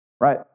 right